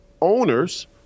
owners